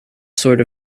sort